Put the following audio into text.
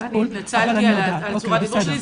אבל אני יודעת --- אני התנצלתי על צורת הדיבור שלי.